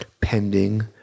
pending